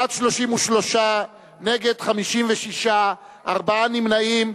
בעד, 33, נגד, 56, ארבעה נמנעים.